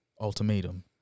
ultimatum